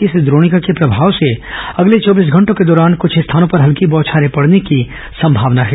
इस द्रोणिका के प्रभाव से अगले चौबीस घंटों के दौरान कुछ स्थानों पर हल्की बौछारे पड़ने की संभावना है